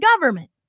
government